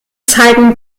zeigen